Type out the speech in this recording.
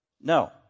No